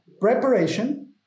preparation